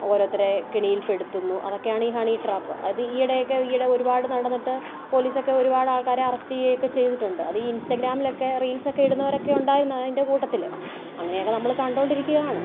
ഓരോരുത്തരെ കെണിയിൽ പെടുത്തുന്നു അതൊക്കെയാണ് ഈ ഹണി ട്രാപ് അത് ഈ ഇടെ ഒക്കെ ഇടെ ഒരുപാട് നടന്നിട്ട് പോലീസ് ഒക്കെ ഒരുപാട് ആൾക്കാരെ അറസ്റ്റ് ചെയ്യുകയൊക്കെ ചെയ്തിട്ടുണ്ട് അത് ഈ ഇൻസ്റാഗ്രാമിലൊകെ റീൽസൊക്കെ ഇടുന്നവരൊക്കെ ഉണ്ടായിരുന്നു അതിൻ്റെ കൂട്ടത്തിൽ അങ്ങനെയൊക്കെ നമ്മൾ കണ്ടുകൊണ്ടിരുക്കുകയാണ്